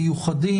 מיוחדים.